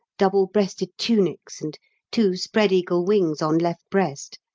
double-breasted tunics and two spread-eagle wings on left breast.